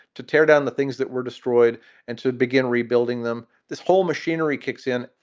to tear down the things that were destroyed and to begin rebuilding them. this whole machinery kicks in.